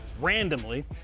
randomly